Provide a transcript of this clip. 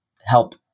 help